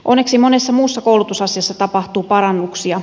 onneksi monessa muussa koulutusasiassa tapahtuu parannuksia